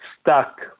stuck